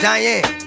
Diane